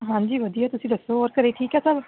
ਹਾਂਜੀ ਵਧੀਆ ਤੁਸੀਂ ਦੱਸੋ ਹੋਰ ਘਰੇ ਠੀਕ ਹੈ ਸਭ